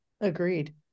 Agreed